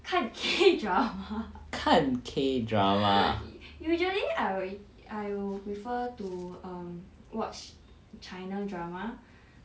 看 K drama usually I'll I will prefer to watch china drama